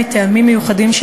מטעמים מיוחדים,